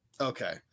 Okay